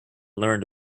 learned